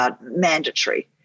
mandatory